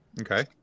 Okay